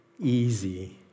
easy